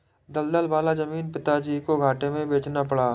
दलदल वाला जमीन पिताजी को घाटे में बेचना पड़ा